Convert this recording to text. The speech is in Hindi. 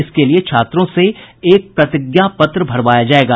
इसके लिए छात्रों से एक प्रतिज्ञा पत्र भरवाया जायेगा